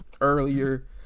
earlier